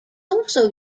also